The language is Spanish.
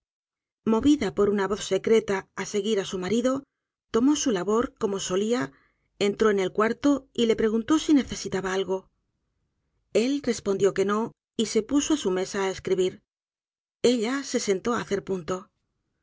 movida por una voz secreta á seguir á su marido tomó su labor como solia entró en el cuarto y le preguntó si necesitaba algo el respondió que no y se pusoá su mesa á escribir ella se sentó á hacer punto